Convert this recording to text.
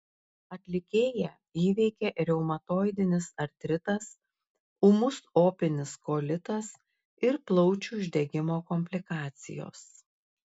atlikėją įveikė reumatoidinis artritas ūmus opinis kolitas ir plaučių uždegimo komplikacijos